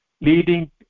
leading